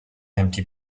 empty